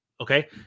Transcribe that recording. Okay